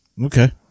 Okay